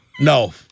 No